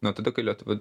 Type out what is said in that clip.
nuo tada kai lietuva